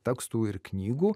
tekstų ir knygų